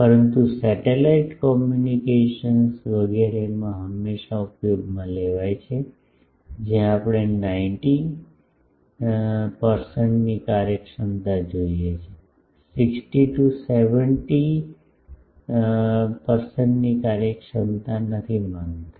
પરંતુ satellite communications વગેરે માં હંમેશાં ઉપયોગમાં લેવાય છે જ્યાં આપણે 90 ટકાની કાર્યક્ષમતા જોઈએ છે 60 70 ટકાની કાર્યક્ષમતા નથી માંગતા